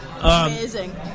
Amazing